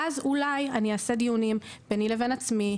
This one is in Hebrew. ואז אולי אני אעשה דיונים ביני לבין עצמי,